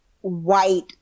white